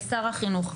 לשר החינוך,